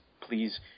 please